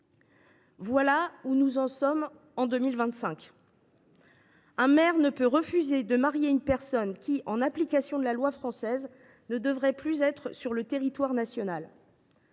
Voilà où nous en sommes en 2025, mes chers collègues : un maire ne peut pas refuser de marier une personne qui, en application de la loi française, ne devrait plus être sur le territoire national